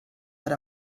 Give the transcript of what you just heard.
per